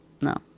No